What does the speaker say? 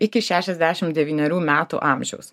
iki šešiasdešim devynerių metų amžiaus